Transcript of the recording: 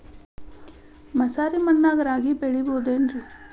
ಮಸಾರಿ ಮಣ್ಣಾಗ ರಾಗಿ ಬೆಳಿಬೊದೇನ್ರೇ?